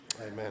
Amen